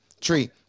tree